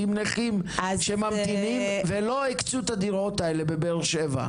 עם נכים שממתינים ולא הקצו את הדירות האלו בבאר שבע?